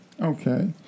okay